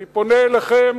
אני פונה אליכם